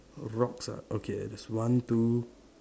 rocks ah okay there's one two